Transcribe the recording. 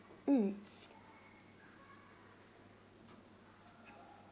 mm